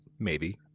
maybe.